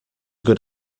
good